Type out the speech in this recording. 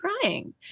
crying